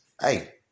hey